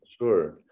Sure